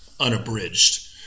unabridged